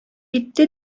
итте